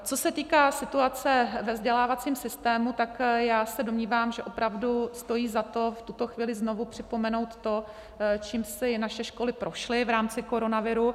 Co se týká situace ve vzdělávacím systému, tak já se domnívám, že opravdu stojí za to v tuto chvíli znovu připomenout to, čím si naše školy prošly v rámci koronaviru.